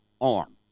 arm